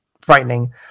frightening